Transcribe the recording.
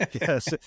Yes